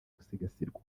gusigasirwa